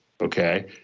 Okay